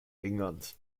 england